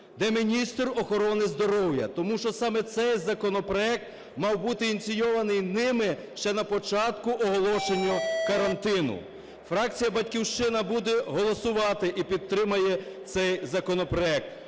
Де міністр охорони здоров'я? Тому що саме цей законопроект мав бути ініційований ними ще на початку оголошення карантину. Фракція "Батьківщина" буде голосувати і підтримає цей законопроект,